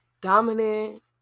Dominant